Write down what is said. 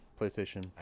playstation